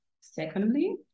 Secondly